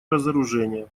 разоружение